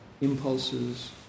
impulses